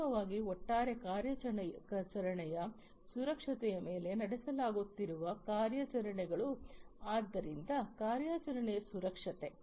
ಅಂತಿಮವಾಗಿ ಒಟ್ಟಾರೆ ಕಾರ್ಯಾಚರಣೆಯ ಸುರಕ್ಷತೆಯ ಮೇಲೆ ನಡೆಸಲಾಗುತ್ತಿರುವ ಕಾರ್ಯಾಚರಣೆಗಳು ಆದ್ದರಿಂದ ಕಾರ್ಯಾಚರಣೆಯ ಸುರಕ್ಷತೆ